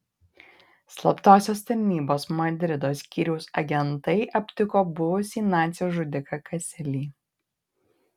slaptosios tarnybos madrido skyriaus agentai aptiko buvusį nacį žudiką kaselį